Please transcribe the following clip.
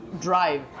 drive